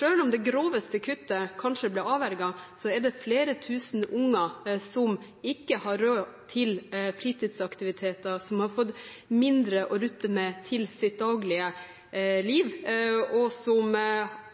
Selv om det groveste kuttet kanskje ble avverget, er det flere tusen unger som ikke har råd til fritidsaktiviteter, og som har fått mindre å rutte med i sitt daglige liv, noe som har ført familier inn i en vanskeligere situasjon, og